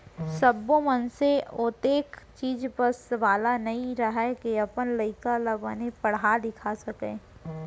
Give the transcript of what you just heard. सब्बो मनसे ओतेख चीज बस वाला नइ रहय के अपन लइका ल बने पड़हा लिखा सकय